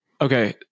Okay